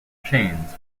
chains